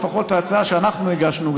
לפחות ההצעה שאנחנו הגשנו,